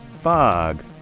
fog